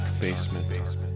basement